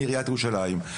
מעריית ירושלים,